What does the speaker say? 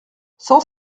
cent